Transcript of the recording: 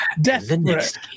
desperate